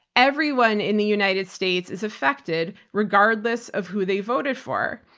everyone in the united states is affected regardless of who they voted for.